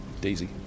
Daisy